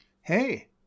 hey